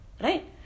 Right